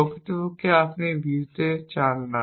প্রকৃতপক্ষে আপনি ভিজতে চান না